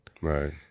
Right